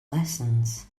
lessons